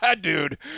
dude